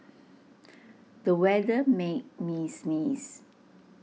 the weather made me sneeze